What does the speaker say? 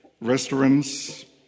Restaurants